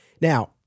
Now